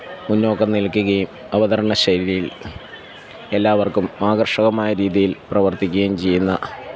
മുന്നോക്കം നില്ക്കുകയും അവതരണ ശൈലിയില് എല്ലാവര്ക്കും ആകര്ഷകമായ രീതിയില് പ്രവര്ത്തിക്കുകയും ചെയ്യുന്ന